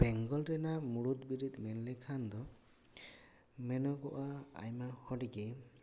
ᱵᱮᱝᱜᱚᱞ ᱨᱮᱱᱟᱜ ᱢᱩᱲᱩᱫ ᱵᱤᱨᱤᱫ ᱢᱮᱱ ᱞᱮᱠᱷᱟᱱ ᱫᱚ ᱢᱮᱱᱚᱜᱚᱜᱼᱟ ᱟᱭᱢᱟ ᱦᱚᱲ ᱜᱮ